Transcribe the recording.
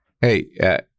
Hey